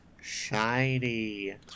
shiny